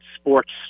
sports